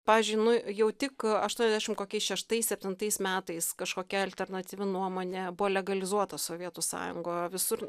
pavyzdžiui nu jau tik aštuoniasdešim kokiais šeštais septintais metais kažkokia alternatyvi nuomonė buvo legalizuota sovietų sąjungoj o visur